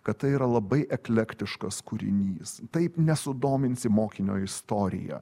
kad tai yra labai eklektiškas kūrinys taip nesudominsi mokinio istorija